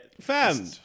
fam